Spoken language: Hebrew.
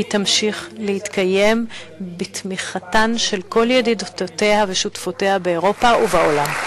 היא תמשיך להתקיים בתמיכתן של כל ידידותיה ושותפיה באירופה ובעולם.